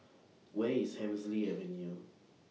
Where IS Hemsley Avenue